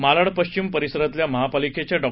मालाड पश्चिम परिसरातल्या महापालिकेच्या डॉ